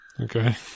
Okay